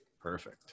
Perfect